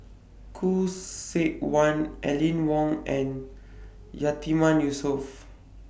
Khoo Seok Wan Aline Wong and Yatiman Yusof